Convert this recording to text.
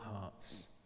hearts